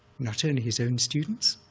not only his own students,